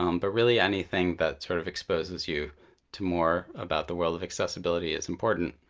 um but really, anything that sort of exposes you to more about the world of accessibility is important.